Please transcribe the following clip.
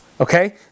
okay